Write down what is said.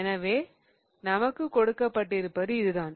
எனவே நமக்கு கொடுக்கப்பட்டிருப்பது இதுதான்